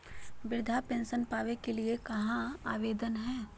वृद्धा पेंसन पावे के लिए कहा आवेदन देना है?